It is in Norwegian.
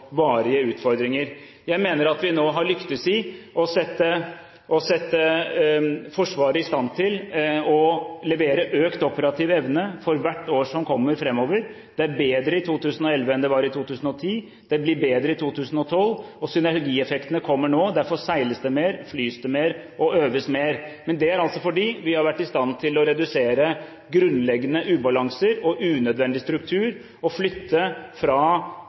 varige utfordringer. Jeg mener at vi nå har lyktes med å sette Forsvaret i stand til økt operativ evne for hvert år framover. Det er bedre i 2011 enn det var i 2010. Det blir bedre i 2012, og synergieffektene kommer nå. Derfor seiles det mer, flys mer og øves mer. Men det er fordi vi har vært i stand til å redusere grunnleggende ubalanser og unødvendig struktur og flytte fra